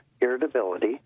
irritability